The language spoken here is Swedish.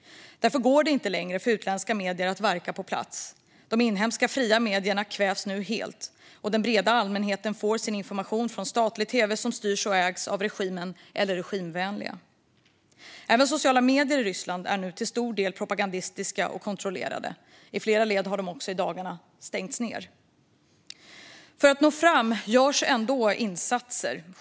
Därför går det inte längre för utländska medier att verka på plats. De inhemska fria medierna kvävs nu helt. Och den breda allmänheten får sin information från statlig tv, som styrs och ägs av regimen eller regimvänliga. Även sociala medier i Ryssland är till stor del propagandistiska och kontrollerade. I flera led har de också i dagarna stängts ned. För att nå fram görs ändå insatser.